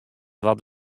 wat